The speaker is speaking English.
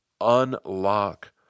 unlock